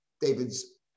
David's